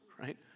Right